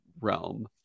realm